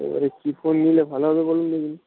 তো কী ফোন নিলে ভালো হবে বলুন দেখি